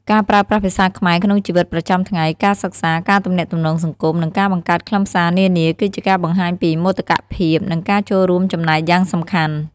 ការប្រើប្រាស់ភាសាខ្មែរក្នុងជីវិតប្រចាំថ្ងៃ ការសិក្សា ការទំនាក់ទំនងសង្គម និងការបង្កើតខ្លឹមសារនានា គឺជាការបង្ហាញពី មោទកភាព និងការចូលរួមចំណែកយ៉ាងសំខាន់។